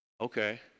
Okay